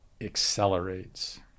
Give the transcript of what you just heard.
accelerates